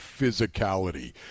physicality